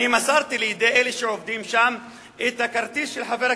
אני מסרתי לידי אלה שעובדים שם את הכרטיס של חבר הכנסת.